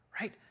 right